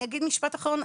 אני אגיד משפט אחרון,